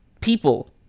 people